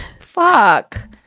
fuck